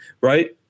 right